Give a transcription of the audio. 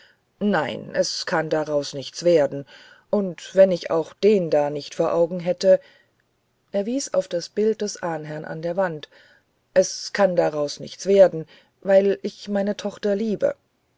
nein es kann daraus nichts werden und wenn ich auch den da nicht vor augen hätte er wies auf das bild des ahnherrn an der wand es kann daraus nichts werden weil ich meine tochter liebe